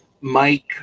Mike